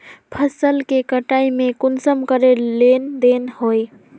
फसल के कटाई में कुंसम करे लेन देन होए?